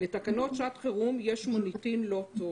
לתקנות שעת חירות יש מוניטין לא טוב